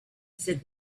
said